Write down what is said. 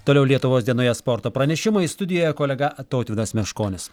toliau lietuvos dienoje sporto pranešimai studijoje kolega tautvydas meškonis